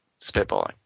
spitballing